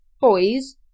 boys